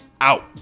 out